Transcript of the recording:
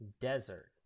desert